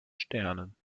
sternen